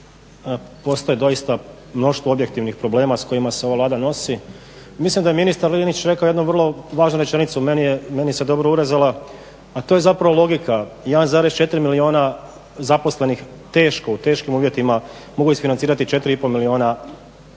postoji doista mnoštvo objektivnih problema sa kojima se ova Vlada nosi. Mislim da je ministar Linić rekao jednu vrlo važnu rečenicu. Meni se dobro urezala, a to je zapravo logika. 1,4 milijuna zaposlenih teško, u teškim uvjetima mogu isfinancirati 4 i pol milijuna korisnika